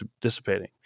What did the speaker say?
dissipating